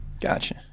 Gotcha